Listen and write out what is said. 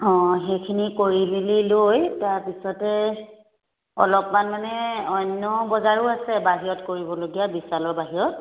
অঁ সেইখিনি কৰি মিলি লৈ তাৰপিছতে অলপমান মানে অন্য বজাৰো আছে বাহিৰত কৰিবলগীয়া বিশালৰ বাহিৰত